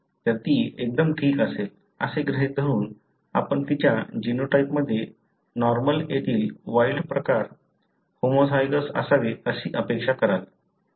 तर ती एकदम ठीक असेल असे गृहीत धरून आपण तिच्या जीनोटाइपमध्ये नॉर्मल एलील वाइल्ड प्रकार होमोझायगोस असावे अशी अपेक्षा कराल